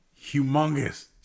Humongous